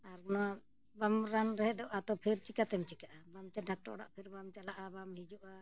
ᱟᱨ ᱱᱚᱣᱟ ᱵᱟᱢ ᱨᱟᱱ ᱨᱮᱦᱮᱫᱚᱜᱼᱟ ᱛᱚ ᱯᱷᱤᱨ ᱪᱤᱠᱟᱹᱛᱮᱢ ᱪᱤᱠᱟᱹᱜᱼᱟ ᱵᱟᱢ ᱪᱮᱫ ᱰᱟᱠᱴᱚᱨ ᱚᱲᱟᱜ ᱯᱷᱤᱨ ᱵᱟᱢ ᱪᱟᱞᱟᱜᱼᱟ ᱵᱟᱢ ᱦᱤᱡᱩᱜᱼᱟ